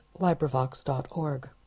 LibriVox.org